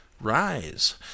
rise